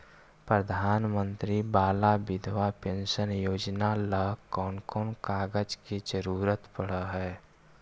प्रधानमंत्री बाला बिधवा पेंसन योजना ल कोन कोन कागज के जरुरत पड़ है?